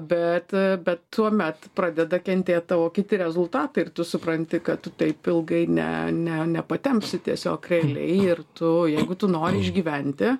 bet bet tuomet pradeda kentėt tavo kiti rezultatai ir tu supranti kad tu taip ilgai ne ne nepatempsi tiesiog realiai ir tu jeigu tu nori išgyventi